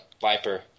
viper